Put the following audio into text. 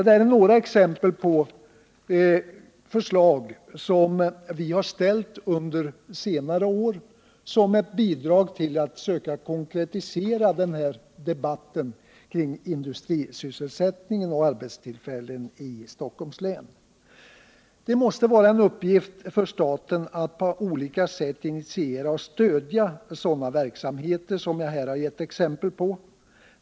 Det här är några exempel på förslag som vi har ställt under senare år som ett bidrag till att söka konkretisera debatten kring industrisysselsättning och arbetstillfällen i Stockholms län. Det måste vara en uppgift för staten att på olika sätt initiera och stödja 139 sådana verksamheter som jag här gett exempel på.